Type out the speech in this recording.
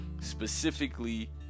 specifically